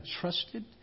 trusted